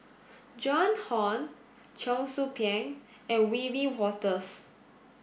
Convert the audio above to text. Joan Hon Cheong Soo Pieng and Wiebe Wolters